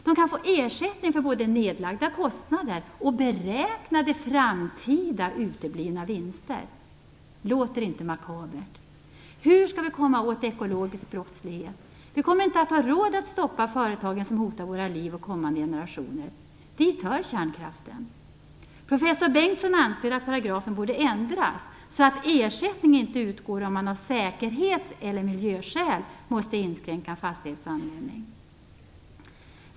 De kan få ersättning för både nedlagda kostnader och beräknade framtida uteblivna vinster. Låter det inte makabert? Hur skall vi komma åt ekologisk brottslighet? Vi kommer inte att ha råd att stoppa de företag som hotar våra liv och kommande generationer. Dit hör kärnkraftsbolagen. Professor Bengtsson anser att paragrafen borde ändras så att ersättning inte utgår om man av säkerhets eller miljöskäl måste inskränka en fastighets användning.